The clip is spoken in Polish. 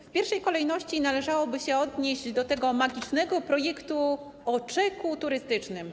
W pierwszej kolejności należałoby się odnieść do tego magicznego projektu o czeku turystycznym.